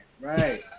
Right